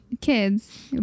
kids